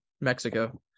Mexico